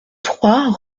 trois